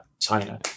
China